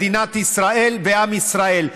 מדינת ישראל ועם ישראל.